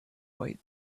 wait